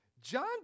John